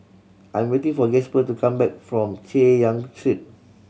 I'm waiting for Gasper to come back from Chay Yan Street